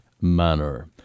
manner